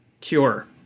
cure